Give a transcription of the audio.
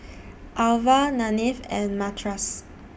Alvah Nanette and Mathias